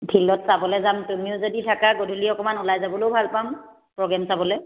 ফিল্ডত চাবলে যাম তুমিও যদি থাকা গধূলি অকণমান ওলাই যাবলৈও ভাল পাম প্ৰ'গ্ৰেম চাবলৈ